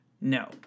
No